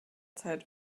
zeit